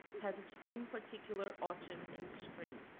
has its own particular autumn and spring.